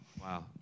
wow